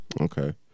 Okay